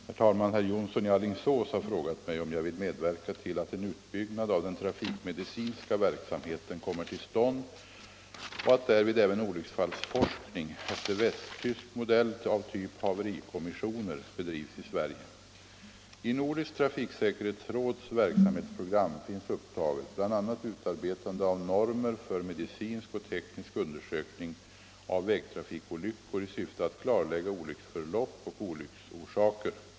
Herr talman! Herr Jonsson i Alingsås har frågat mig om jag vill medverka till att en utbyggnad av den trafikmedicinska verksamheten kommer till stånd och att därvid även olycksfallsforskning efter västtysk modell av typ ”haverikommissioner” bedrivs i Sverige. I Nordiskt trafiksäkerhetsråds verksamhetsprogram finns upptaget bl.a. utarbetande av normer för medicinsk och teknisk undersökning av vägtrafikolyckor i syfte att klarlägga olycksförlopp och olycksorsaker.